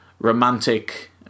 romantic